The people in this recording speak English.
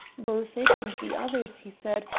both it and the others, he said,